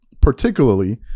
particularly